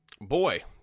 boy